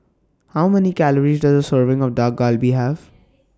How Many Calories Does A Serving of Dak Galbi Have